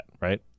right